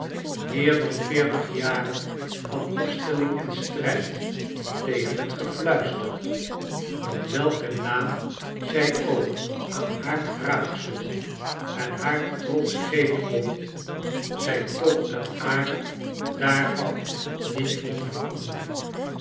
meer dan veertig jaren van worsteling en strijd tegenhet gefluister dat welken naam zij ook aan haar wraakz ucht en haar trots geven mocht zij toch den aard daarvan niet kon veranderen